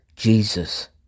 Jesus